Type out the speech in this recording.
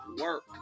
work